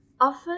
often